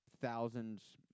thousands